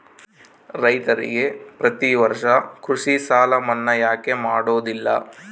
ರೈತರಿಗೆ ಪ್ರತಿ ವರ್ಷ ಕೃಷಿ ಸಾಲ ಮನ್ನಾ ಯಾಕೆ ಮಾಡೋದಿಲ್ಲ?